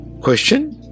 question